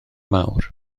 mawr